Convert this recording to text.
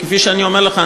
כפי שאני אומר לך,